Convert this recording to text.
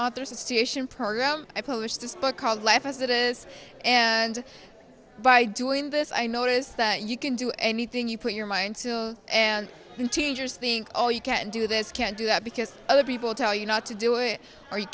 authors association program i publish this book called life as it is and by doing this i noticed that you can do anything you put your mind to and when teenagers think oh you can't do this can't do that because other people tell you not to do it or you